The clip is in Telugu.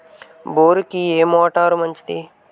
బోరుకి ఏ మోటారు మంచిది?